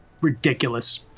ridiculous